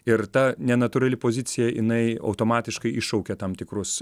ir ta nenatūrali pozicija jinai automatiškai iššaukia tam tikrus